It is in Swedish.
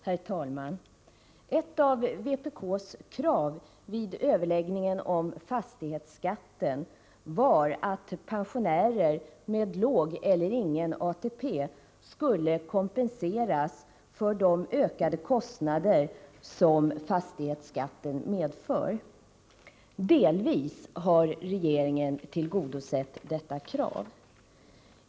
Herr talman! Ett av de krav som vpk ställde vid överläggningen om fastighetsskatten var att pensionärer med låg eller ingen ATP kompenseras för de ökade kostnader som fastighetsskatten medför. I viss mån har regeringen tillgodosett detta krav.